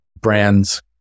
brands